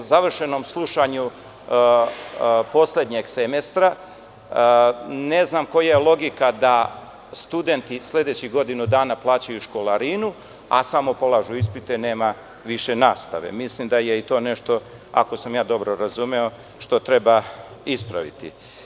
Po završenom slušanju poslednjeg semestra ne znam koja je logika da studenti sledećih godinu dana plaćaju školarinu, a samo polažu ispite, nema više nastave, mislim da je i to nešto, ako sam dobro razumeo, što treba ispraviti.